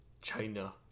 China